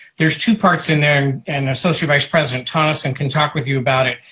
there's two parts in there and associate vice president tonneson, can talk with you about it,